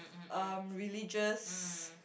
um religious